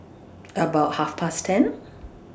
about Half Past ten